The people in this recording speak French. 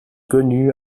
connue